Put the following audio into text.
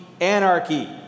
anarchy